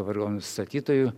vargonų statytojų